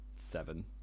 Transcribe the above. seven